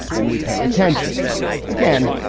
then we pay attention again.